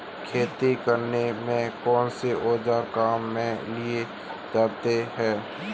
खेती करने में कौनसे औज़ार काम में लिए जाते हैं?